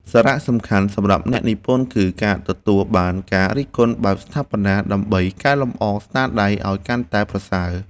សារៈសំខាន់សម្រាប់អ្នកនិពន្ធគឺការទទួលបានការរិះគន់បែបស្ថាបនា ដើម្បីកែលម្អស្នាដៃឱ្យកាន់តែប្រសើរ។